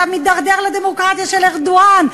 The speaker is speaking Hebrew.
אתה מידרדר לדמוקרטיה של ארדואן.